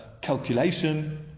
calculation